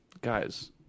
Guys